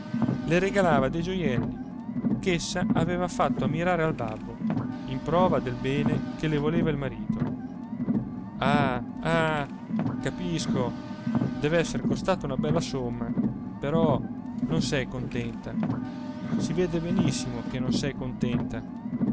le regalava dei gioielli ch'essa aveva fatto ammirare al babbo in prova del bene che le voleva il marito ah ah capisco dev'essere costata una bella somma però non sei contenta si vede benissimo che non sei contenta